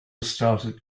started